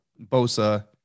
bosa